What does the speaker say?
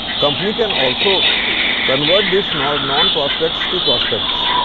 company can also convert this non non prospects to prospects.